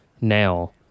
now